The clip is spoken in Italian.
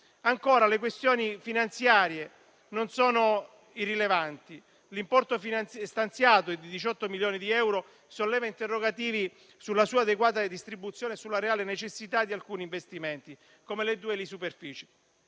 Anche le questioni finanziarie non sono irrilevanti. L'importo stanziato di 18 milioni di euro solleva interrogativi sulla sua adeguata distribuzione e sulla reale necessità di alcuni investimenti, come le due elisuperfici.